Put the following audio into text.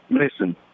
listen